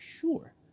sure